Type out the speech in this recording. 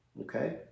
okay